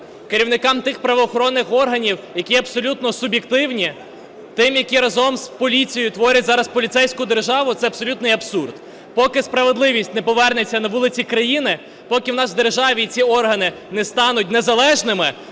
керівникам тих правоохоронних органів, які абсолютно суб'єктивні, тим, які разом з поліцією творять зараз поліцейську державу – це абсолютний абсурд. Поки справедливість не повернеться на вулиці країни, поки у нас в державі ці органи не стануть незалежними,